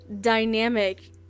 dynamic